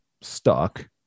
stuck